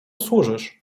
służysz